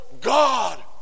God